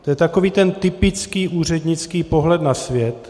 To je takový ten typický úřednický pohled na svět.